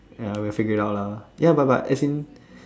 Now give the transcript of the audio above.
ya I will figure out lah ya but but as in